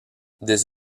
des